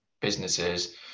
businesses